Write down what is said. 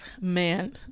man